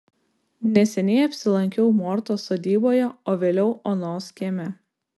neseniai apsilankiau mortos sodyboje o vėliau onos kieme